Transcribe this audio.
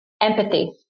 Empathy